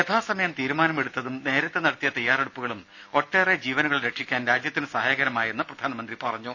യഥാസമയം തീരുമാനം എടുത്തതും നേരത്തെ നടത്തിയ തയാറെടുപ്പുകളും ഒട്ടേറെ ജീവനുകൾ രക്ഷിക്കാൻ രാജ്യത്തിന് സഹായകരമായെന്നും പ്രധാനമന്ത്രി പറഞ്ഞു